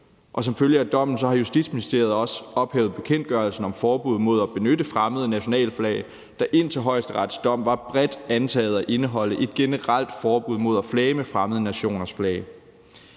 og som følge af dommen har Justitsministeriet også ophævet bekendtgørelsen om forbud mod at benytte fremmede nationalflag, der indtil Højesterets dom var bredt antaget at indeholde et generelt forbud mod at flage med fremmede nationers flag.